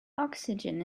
oxygen